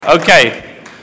Okay